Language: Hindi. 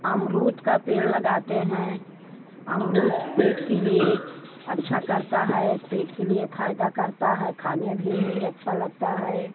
अमरूद का पेड़ लगाते हैं अमरूद पेट के लिए अच्छा करता है पेट के लिए फ़ायदा करता है खाने भी में यह अच्छा लगता है